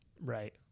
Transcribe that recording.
Right